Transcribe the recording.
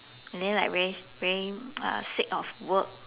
then like very very uh sick of work